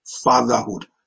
fatherhood